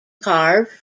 carved